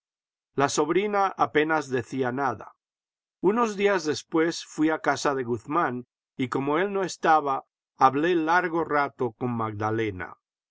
la sobrina apenas decía nada unos días después fui a casa de guzmán y com o él no estaba hablé largo rato con magdalena